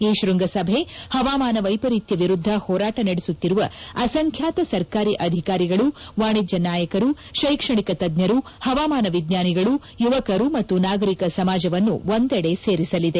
ಈ ಶೃಂಗಸಭೆ ಹವಾಮಾನ ವೈಪರೀತ್ಯ ವಿರುದ್ದ ಹೋರಾಟ ನಡೆಸುತ್ತಿರುವ ಅಸಂಖ್ಯಾತ ಸರ್ಕಾರಿ ಅಧಿಕಾರಿಗಳು ವಾಣಿಜ್ಯ ನಾಯಕರು ಶೈಕ್ಷಣಿಕ ತಜ್ಞರು ಹವಾಮಾನ ವಿಜ್ಞಾನಿಗಳು ಯುವಕರು ಮತ್ತು ನಾಗರಿಕ ಸಮಾಜವನ್ನು ಒಂದೆಡೆ ಸೇರಿಸಲಿದೆ